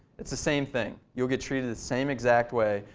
it's the same thing. you'll get treated the same exact way.